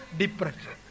depression